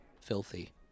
Filthy